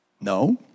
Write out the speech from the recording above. No